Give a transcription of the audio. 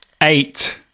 eight